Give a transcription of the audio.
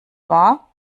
wahr